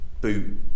boot